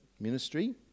ministry